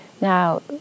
Now